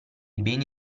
beni